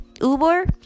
Uber